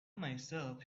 myself